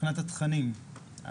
מבחינת התכנים,